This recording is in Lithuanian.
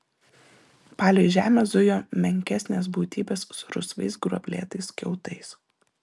palei žemę zujo menkesnės būtybės su rusvais gruoblėtais kiautais